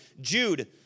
Jude